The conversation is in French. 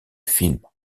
films